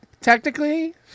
technically